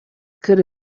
could